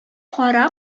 кара